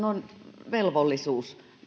on velvollisuus